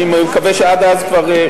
אני מקווה שעד אז כבר,